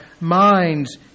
minds